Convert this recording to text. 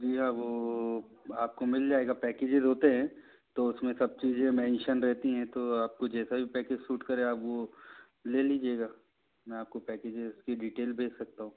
जी हाँ वो आपको मिल जाएगा पैकेजस होते हैं तो उसमें सब चीज़ें मेंशन रहती हैं तो आपको जैसा भी पैकेट सूट करे आप वो ले लीजिएगा मैं आपको पैकेजस की डीटेल भेज सकता हूँ